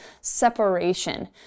separation